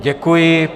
Děkuji.